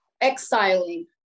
exiling